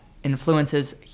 influences